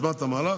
שיזמה את המהלך